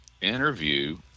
interview